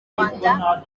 rwanda